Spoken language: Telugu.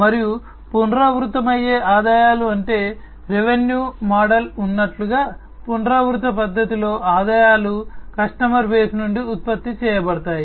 మరియు పునరావృతమయ్యే ఆదాయాలు అంటే రెవెన్యూ మోడల్ ఉన్నట్లుగా పునరావృత పద్ధతిలో ఆదాయాలు కస్టమర్ బేస్ నుండి ఉత్పత్తి చేయబడతాయి